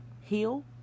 heal